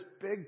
big